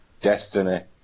Destiny